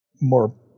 more